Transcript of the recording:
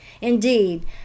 Indeed